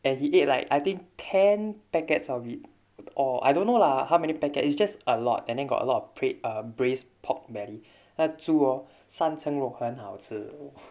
and he ate like I think ten packets of it or I don't know lah how many packet it's just a lot and then got a lot of brai~ uh braised pork belly 那猪 hor 三层肉很好吃 !wah!